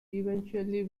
eventually